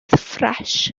ffres